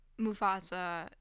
Mufasa